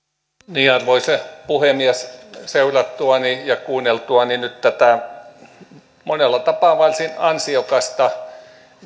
arvoisa puhemies seurattuani ja kuunneltuani nyt tätä monella tapaa varsin ansiokasta